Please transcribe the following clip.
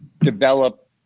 develop